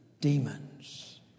demons